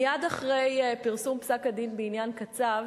מייד אחרי פרסום פסק-הדין בעניין קצב